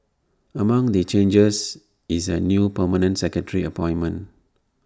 among the changes is A new permanent secretary appointment